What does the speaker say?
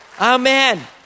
Amen